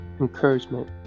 encouragement